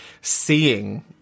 seeing